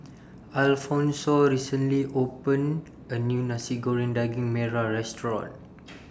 Alphonso recently opened A New Nasi Goreng Daging Merah Restaurant